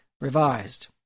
revised